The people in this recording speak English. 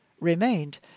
remained